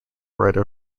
writer